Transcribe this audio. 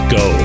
go